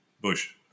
Bush